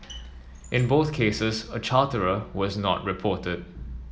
in both cases a charterer was not reported